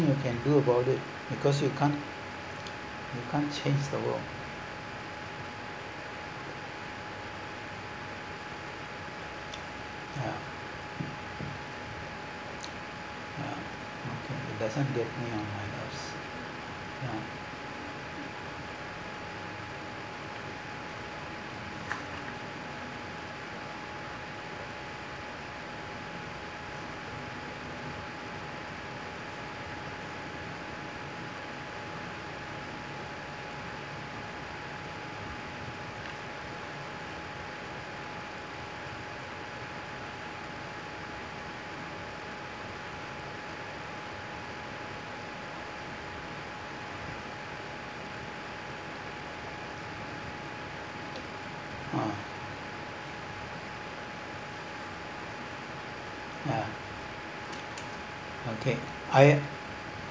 nothing you can do about it because you can't you can't change the world ya ya okay it doesn't get me on my nerves ya uh ya okay I